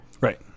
Right